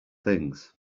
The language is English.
things